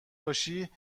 باشی